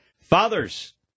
Fathers